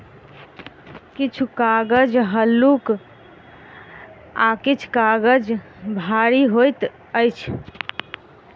किछु कागज हल्लुक आ किछु काजग भारी होइत अछि